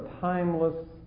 timeless